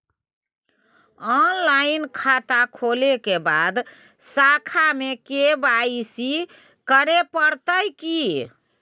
Online खाता खोलै के बाद शाखा में के.वाई.सी करे परतै की?